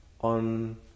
on